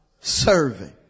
serving